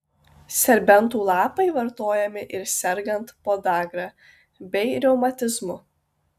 serbentų lapai vartojami ir sergant podagra bei reumatizmu